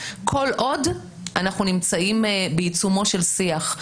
כל עוד אנחנו נמצאים בעיצומו של שיח.